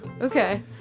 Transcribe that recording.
Okay